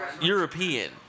European